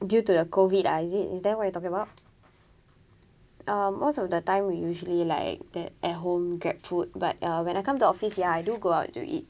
due to the COVID ah is it is that what you talking about um most of the time we usually like stay at home get food but uh when I come to office ya I do go out to eat